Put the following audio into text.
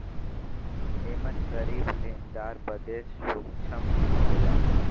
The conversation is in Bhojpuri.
एमन गरीब लेनदार बदे सूक्ष्म बीमा होला